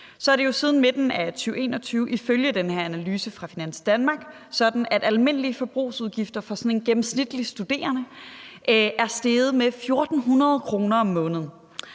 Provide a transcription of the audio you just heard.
på, er det jo siden 2021 ifølge den her analyse fra Finans Danmark sådan, at almindelige forbrugsudgifter for sådan en gennemsnitlig studerende er steget med 1.400 kr. om måneden.